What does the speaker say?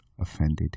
offended